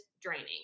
draining